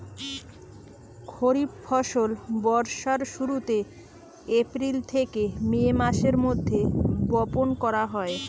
খরিফ ফসল বর্ষার শুরুতে, এপ্রিল থেকে মে মাসের মধ্যে বপন করা হয়